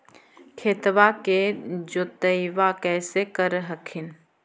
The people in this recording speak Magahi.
खेतबा के जोतय्बा कैसे कर हखिन?